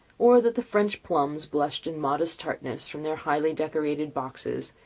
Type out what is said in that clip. or that the french plums blushed in modest tartness from their highly-decorated boxes,